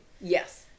Yes